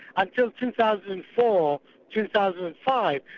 until two thousand and four, two thousand and five.